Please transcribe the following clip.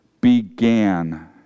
began